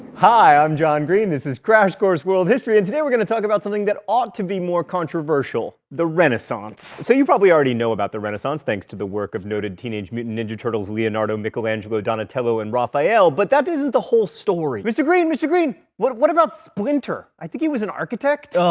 hi, i'm john green, this is crash course world history and today we're going to talk about something that ought to be controversial the renaissance. so you probably already know about the renaissance thanks to the work of noted teenage mutant ninja turtles leonardo, michelangelo, donatello, and raphael. but that isn't the whole story. mr. green, mr. green. what what about splinter? i think he was an architect. ugh,